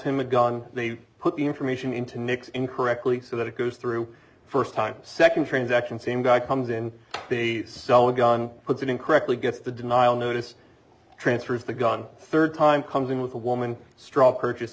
him a gun they put the information into nics incorrectly so that it goes through first time second transaction same guy comes in the gun puts it in correctly gets the denial notice transfers the gun third time comes in with a woman straw purchase